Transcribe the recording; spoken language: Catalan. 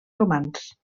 romans